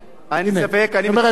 אפילו יש חברי מרכז,